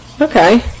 Okay